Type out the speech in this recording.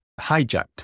hijacked